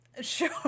Sure